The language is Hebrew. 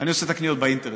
עושה את הקניות באינטרנט,